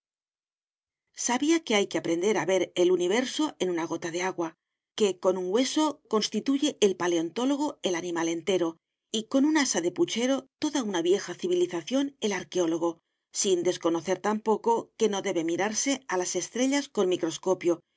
sabía que hay que aprender a ver el universo en una gota de agua que con un hueso constituye el paleontólogo el animal entero y con un asa de puchero toda una vieja civilización el arqueólogo sin desconocer tampoco que no debe mirarse a las estrellas con microscopio